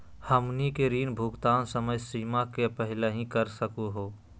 हमनी के ऋण भुगतान समय सीमा के पहलही कर सकू हो?